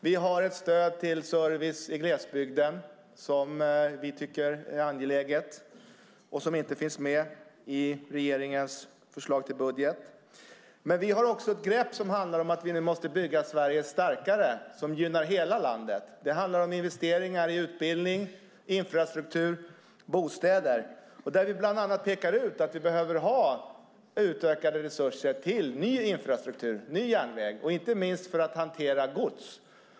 Vi har ett stöd till service i glesbygden som vi tycker är angeläget. Något sådant finns inte med i regeringens förslag till budget. Vi har också ett grepp som handlar om att vi måste bygga Sverige starkare, och det gynnar hela landet. Det handlar om investeringar i utbildning, infrastruktur och bostäder. Där pekar vi bland annat ut att vi behöver utökade resurser till ny infrastruktur och ny järnväg, inte minst för att hantera gods.